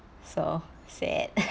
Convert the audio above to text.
so sad